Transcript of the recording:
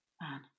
Man